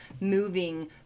moving